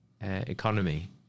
economy